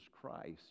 Christ